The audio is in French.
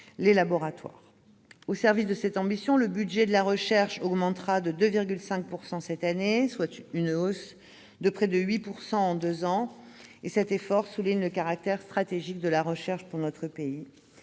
les laboratoires. Au service de cette ambition, le budget de la recherche augmentera de 2,5 % cette année, soit une hausse de près de 8 % en deux ans. Cet effort souligne le caractère stratégique de la recherche pour notre pays.